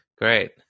Great